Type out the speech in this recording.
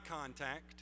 contact